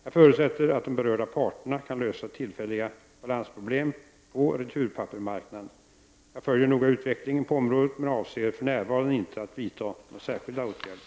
Jag förutsätter att de berörda parterna kan lösa tillfälliga balansproblem på returpappersmarknaden. Jag följer noga utvecklingen på området men avser för närvarande inte att vidta några särskilda åtgärder.